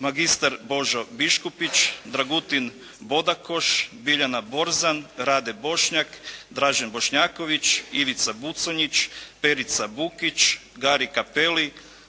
mr. Božo Biškupić, Dragutin Bodakoš, Biljana Borzan, Rade Bošnjak, Dražen Bošnjaković, Ivica Buconjić, Perica Bukić, Gari Kapeli,